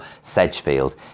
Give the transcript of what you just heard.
Sedgefield